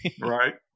Right